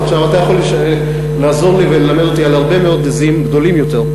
עכשיו אתה יכול לעזור לי וללמד אותי על הרבה מאוד עזים גדולות יותר.